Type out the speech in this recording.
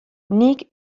nik